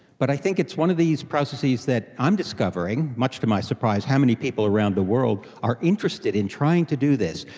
but i think it's one of these processes that i'm discovering, much to my surprise, how many people around the world are interested in trying to do this.